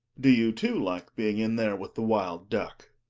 do you, too, like being in there with the wild duck?